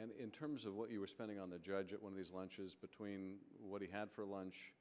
and in terms of what you were spending on the judge at one of these lunches between what he had for lunch